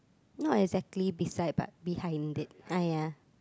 not exactly beside but behind it ah ya